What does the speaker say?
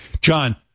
John